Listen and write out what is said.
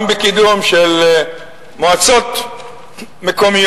גם בקידום של מועצות מקומיות.